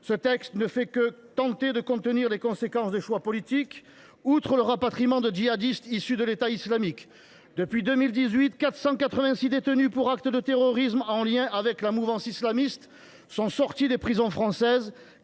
ce texte, vous ne faites que tenter de contenir les conséquences de choix politiques. En plus du rapatriement de djihadistes issus des rangs de l’État islamique, depuis 2018, 486 détenus pour actes de terrorisme en lien avec la mouvance islamiste sont sortis des prisons françaises.